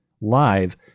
live